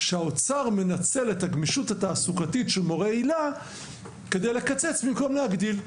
שהאוצר מנצל את הגמישות התעסוקתית של מורי היל"ה כדי לקצץ במקום להגדיל.